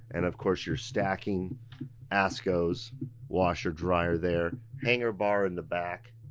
and of course your stacking askos washer dryer there. hanger bar in the back,